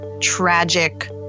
tragic